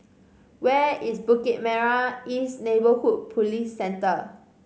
where is Bukit Merah East Neighbourhood Police Centre